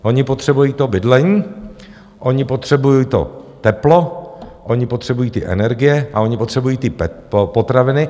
Oni potřebují to bydlení, oni potřebují to teplo, oni potřebují ty energie a oni potřebují ty potraviny.